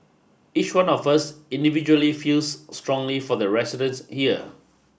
each one of us individually feels strongly for the residence here